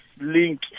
link